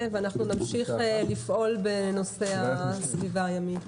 ואנחנו נמשיך לפעול בנושא הסביבה הימית.